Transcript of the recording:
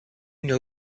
know